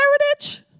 Heritage